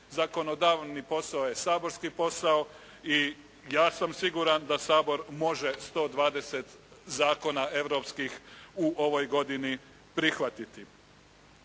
Zakonodavni posao je saborski posao i ja sam siguran da Sabor može 120 zakona europskih u ovoj godini prihvatiti.